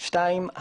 שתיים,